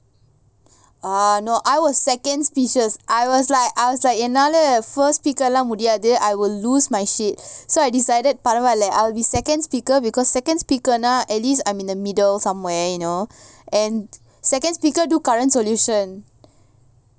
ah I was second speaker I was like I was like என்னால:ennala first speaker முடியாது:mudiathu I will lose my shit so I decided பரவால்ல:paravala I will be second speaker because second speaker nah at least I'm in the middle somewhere you know and second speaker do current solution ah